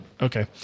okay